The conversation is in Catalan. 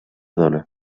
dona